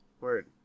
Word